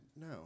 No